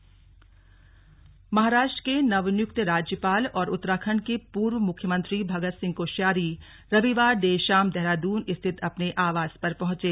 कोश्यारी स्वागत महाराष्ट्र के नव नियुक्त राज्यपाल और उत्तराखंड के पूर्व मुख्यमंत्री भगत सिंह कोश्यारी रविवार देर शाम देहरादून स्थित अपने आवास पर पहंचे